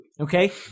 okay